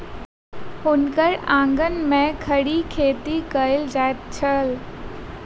हुनकर आंगन में खड़ी खेती कएल जाइत छल